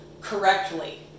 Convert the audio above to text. correctly